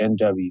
NW